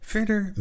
Verder